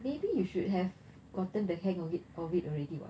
maybe you should have gotten the hang of it of it already [what]